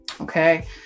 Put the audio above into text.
okay